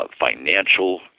financial